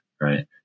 right